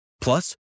Plus